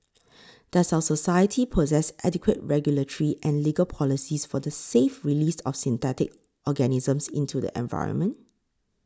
does our society possess adequate regulatory and legal policies for the safe release of synthetic organisms into the environment